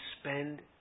spend